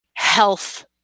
health